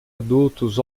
adultos